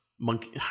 monkey